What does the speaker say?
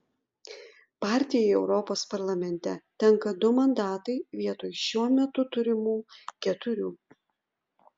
partijai europos parlamente tenka du mandatai vietoj šiuo metu turimų keturių